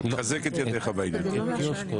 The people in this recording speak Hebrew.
אני מחזק את ידיך בעניין.